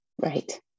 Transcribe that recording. Right